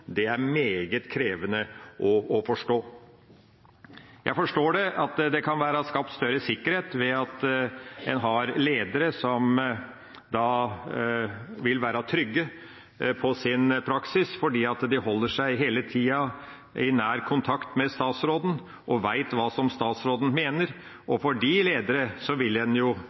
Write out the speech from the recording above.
Det er meget krevende å forstå. Jeg forstår at det kan være skapt større sikkerhet ved at en har ledere som vil være trygge på sin praksis, fordi de hele tida holder seg i nær kontakt med statsråden og vet hva statsråden mener,